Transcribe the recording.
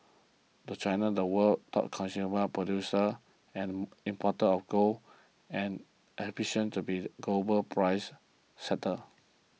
the China the world's top consumer producer and importer of gold and ambitions to be global price setter